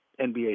NBA